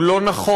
הוא לא נכון,